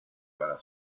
para